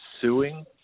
suing